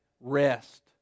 rest